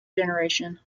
generation